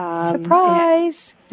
Surprise